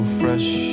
fresh